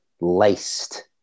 laced